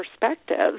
perspectives